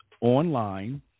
online